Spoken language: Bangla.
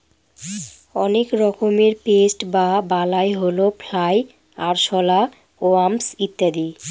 অনেক রকমের পেস্ট বা বালাই হল ফ্লাই, আরশলা, ওয়াস্প ইত্যাদি